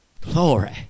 Glory